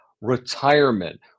retirement